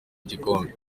igikombe